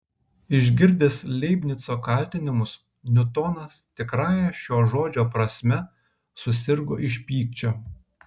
išgirdęs leibnico kaltinimus niutonas tikrąja šio žodžio prasme susirgo iš pykčio